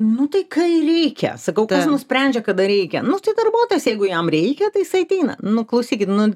nu tai kai reikia sakau kas nusprendžia kada reikia nu tai darbuotojas jeigu jam reikia tai jisai ateina nu klausykit nu